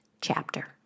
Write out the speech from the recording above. chapter